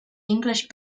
english